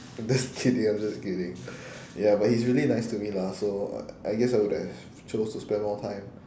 I'm just kidding I'm just kidding ya but he's really nice to me lah so I I guess I would have chose to spend more time